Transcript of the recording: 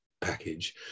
package